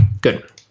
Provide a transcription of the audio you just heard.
Good